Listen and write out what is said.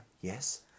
yes